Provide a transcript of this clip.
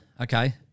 Okay